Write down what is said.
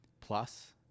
plus